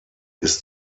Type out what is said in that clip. ist